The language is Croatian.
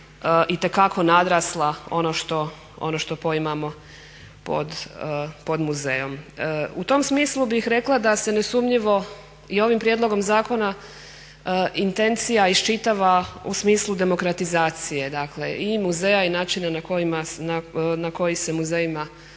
itekako nadrasla ono što poimamo pod muzejom. U tom smislu bih rekla da se nesumnjivo i ovim prijedlogom zakona intencija iščitava u smislu demokratizacije, dakle i muzeja i načina na koji se muzejima